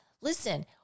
Listen